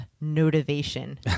motivation